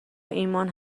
ایمان